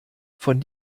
von